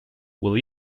will